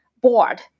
board